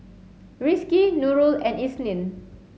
Rizqi Nurul and Isnin